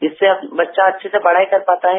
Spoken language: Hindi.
जिससे बच्चा अच्छे से पढ़ाई कर पाता है